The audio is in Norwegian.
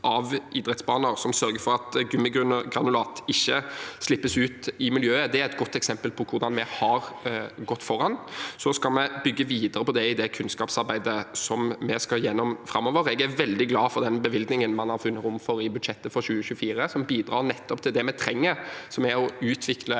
av idrettsbaner, og som sørger for at gummigranulat ikke slippes ut i miljøet, er et godt eksempel på hvordan vi har gått foran. Vi skal bygge videre på det i det kunnskapsarbeidet vi skal gjennom framover. Jeg er veldig glad for den bevilgningen man har funnet rom for i budsjettet for 2024, som bidrar til nettopp det vi trenger, som er å utvikle